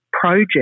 project